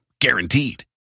Guaranteed